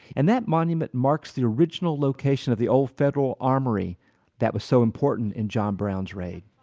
and that monument marks the original location of the old federal armory that was so important in john brown's raid.